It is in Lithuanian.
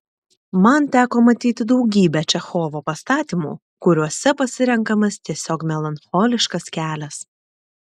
man teko matyti daugybę čechovo pastatymų kuriuose pasirenkamas tiesiog melancholiškas kelias